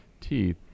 teeth